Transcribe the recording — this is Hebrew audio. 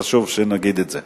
חשוב שנגיד את זה.